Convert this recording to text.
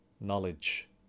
knowledge